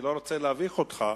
אני לא רוצה להביך אותך.